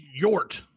yort